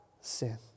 sin